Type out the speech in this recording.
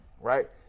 Right